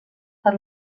per